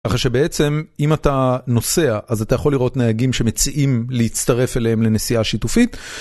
ככה שבעצם אם אתה נוסע אז אתה יכול לראות נהגים שמציעים להצטרף אליהם לנסיעה שיתופית.